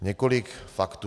Několik faktů.